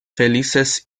felices